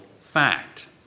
fact